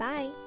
Bye